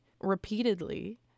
repeatedly